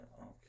Okay